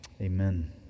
Amen